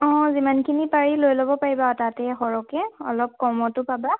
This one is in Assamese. অঁ যিমানখিনি পাৰি লৈ ল'ব পাৰিবা আৰু তাতে সৰহকৈ অলপ কমতো পাবা